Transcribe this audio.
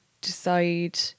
decide